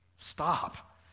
Stop